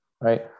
right